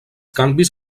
canvis